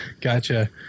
Gotcha